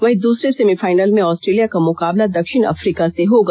वहीं दूसरे सेमीफाइनल में ऑस्ट्रेलिया का मुकाबला दक्षिण अफ्रीका से होगा